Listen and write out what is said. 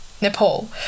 Nepal